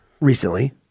recently